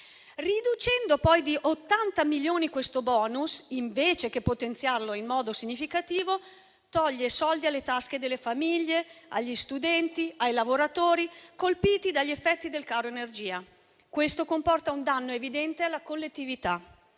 Ridurre poi di 80 milioni questo *bonus*, invece che potenziarlo in modo significativo, toglie soldi alle tasche delle famiglie, agli studenti e ai lavoratori, colpiti dagli effetti del caro energia. Questo comporta un danno evidente alla collettività,